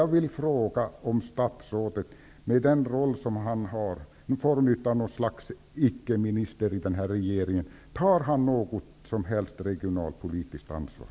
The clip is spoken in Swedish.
Jag vill fråga: Med den roll, som något slags ickeminister, som statsrådet har i den här regeringen, tar statsrådet något som helst regionalpolitiskt ansvar?